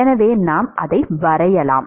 எனவே நாம் அதை வரையலாம்